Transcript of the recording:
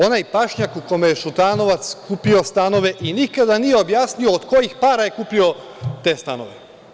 Onaj pašnjak u kome je Šutanovac kupio stanove i nikada nije objasnio od kojih para je kupio te stanove.